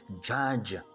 Judge